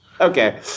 Okay